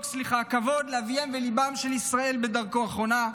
כבוד לאביהם וליבם של ישראל בדרכו האחרונה.